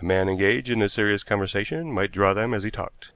a man engaged in a serious conversation might draw them as he talked.